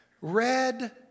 red